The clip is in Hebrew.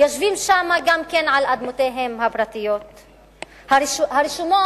יושבים גם שם על אדמותיהם הפרטיות, הרשומות